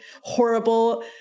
horrible